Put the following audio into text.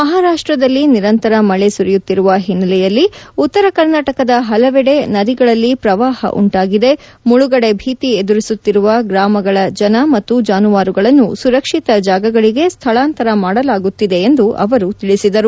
ಮಹಾರಾಷ್ಟದಲ್ಲಿ ನಿರಂತರ ಮಳಿ ಸುರಿಯುತ್ತಿರುವ ಹಿನ್ನೆಲೆಯಲ್ಲಿ ಉತ್ತರ ಕರ್ನಾಟಕದ ಹಲವೆಡೆ ನದಿಗಳಲ್ಲಿ ಪ್ರವಾಹ ಉಂಟಾಗಿದೆ ಮುಳುಗಡೆ ಭೀತಿ ಎದುರಿಸುತ್ತಿರುವ ಗ್ರಾಮಗಳ ಜನ ಮತ್ತು ಜಾನುವಾರುಗಳನ್ನು ಸುರಕ್ಷಿತ ಜಾಗಗಳಿಗೆ ಸ್ನಳಾಂತರ ಮಾಡಲಾಗುತ್ತಿದೆ ಎಂದು ಅವರು ತಿಳಿಸಿದರು